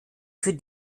für